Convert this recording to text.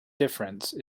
difference